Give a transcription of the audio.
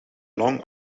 long